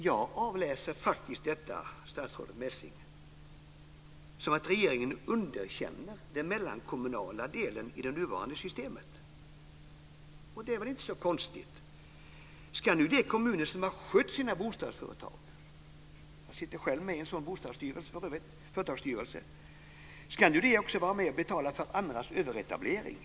Jag avläser faktiskt detta, statsrådet Messing, som att regeringen underkänner den mellankommunala delen i det nuvarande systemet. Och det är väl inte så konstigt. Ska nu de kommuner som har skött sina bostadsföretag - jag sitter själv med i en sådan företagsstyrelse - också vara med och betala för andras överetablering?